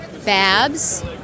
Babs